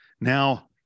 Now